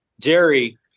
Jerry